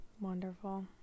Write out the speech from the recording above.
wonderful